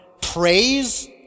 praise